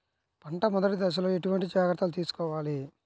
పంట మెదటి దశలో ఎటువంటి జాగ్రత్తలు తీసుకోవాలి?